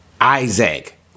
Isaac